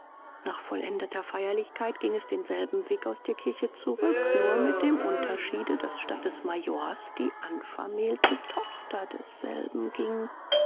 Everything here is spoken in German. nach vollendeter feierlichkeit ging es denselben weg aus der kirche zurück nur mit dem unterschiede daß statt des majors die anvermählte tochter desselben ging